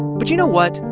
but you know what?